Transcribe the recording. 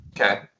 Okay